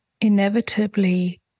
inevitably